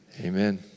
Amen